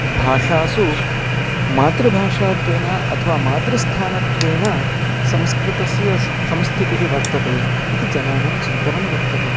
भाषासु मातृभाषात्वेन अथवा मातृस्थानत्वेन संस्कृतस्य संस्थितिः वर्तते इति जनानां चिन्तनं वर्तते